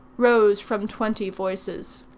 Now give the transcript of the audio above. rose from twenty voices.